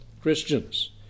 Christians